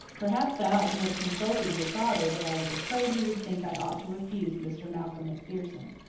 perhaps i ought to have consulted your father, but i was afraid he would think i ought to refuse mr. malcolm macpherson.